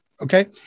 Okay